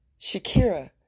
Shakira